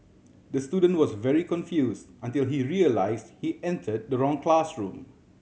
the student was very confused until he realised he entered the wrong classroom